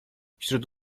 wśród